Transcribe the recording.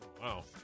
Wow